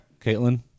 Caitlin